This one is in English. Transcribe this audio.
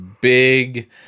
big